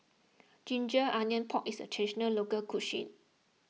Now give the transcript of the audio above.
Ginger Onions Pork is a Traditional Local Cuisine